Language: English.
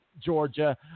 Georgia